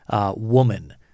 woman